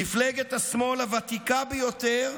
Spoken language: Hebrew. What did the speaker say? מפלגת השמאל הוותיקה ביותר,